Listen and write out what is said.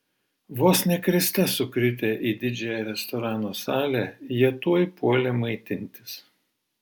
vos ne kriste sukritę į didžiąją restorano salę jie tuoj puolė maitintis